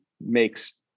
makes